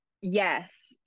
yes